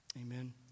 Amen